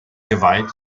geweiht